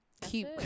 keep